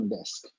Desk